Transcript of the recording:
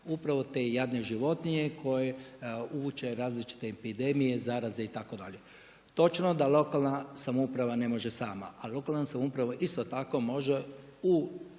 upravo te jadne životinje koje vuče različite epidemije, zaraze itd. Točno da lokalna samouprava ne može sama, a lokalna samouprava isto tako može u